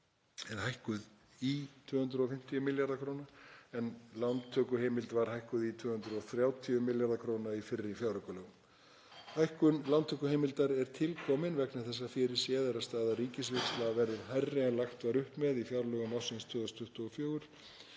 hækkuð í 250 milljarða kr., en lántökuheimild var hækkuð í 230 milljarða kr. í fyrri fjáraukalögum. Hækkun lántökuheimildar er til komin vegna þess að fyrirséð er að staða ríkisvíxla verður hærri en lagt var upp með í fjárlögum ársins 2024.